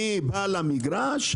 אני בעל המגרש,